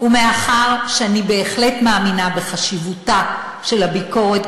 ומאחר שאני בהחלט מאמינה בחשיבותה של הביקורת,